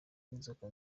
inzoka